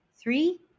Three